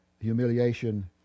humiliation